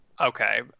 Okay